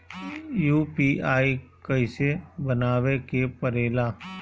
UPI कइसे बनावे के परेला?